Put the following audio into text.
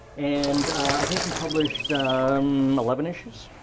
and i think we published um eleven issues,